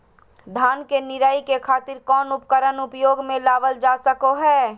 धान के निराई के खातिर कौन उपकरण उपयोग मे लावल जा सको हय?